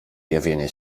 zjawienie